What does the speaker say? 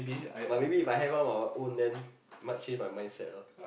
but maybe If I have one of my own then might change my mindset ah